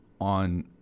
on